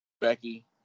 Becky